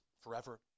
forever